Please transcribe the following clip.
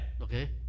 okay